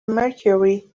mercury